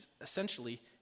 essentially